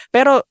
Pero